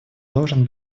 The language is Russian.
должен